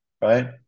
Right